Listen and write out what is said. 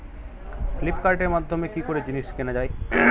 ফ্লিপকার্টের মাধ্যমে কি করে জিনিস কেনা যায়?